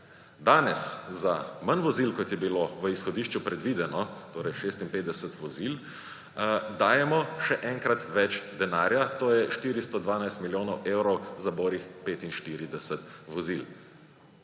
Danes za manj vozil, kot je bilo v izhodišču predvideno, torej 56 vozil, dajemo še enkrat več denarja, to je 412 milijonov evrov za borih 45 vozil.